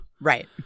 Right